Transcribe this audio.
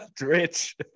Rich